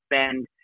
spend